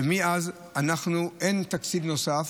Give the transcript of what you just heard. ומאז אנחנו אין תקציב נוסף,